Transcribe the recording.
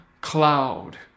cloud